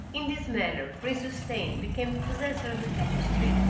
in this manner prince houssain became the possessor of the tapestry,